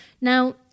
Now